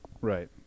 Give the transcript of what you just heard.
Right